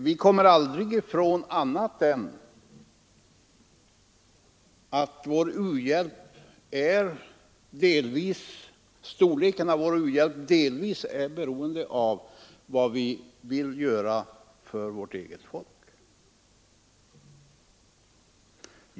Vi kommer aldrig ifrån att u-hjälpens storlek delvis är beroende av vad vi vill göra för vårt eget folk.